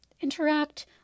interact